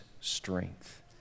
strength